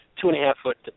two-and-a-half-foot